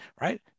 right